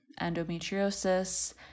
endometriosis